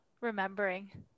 remembering